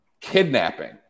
kidnapping